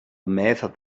method